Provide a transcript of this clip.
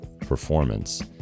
performance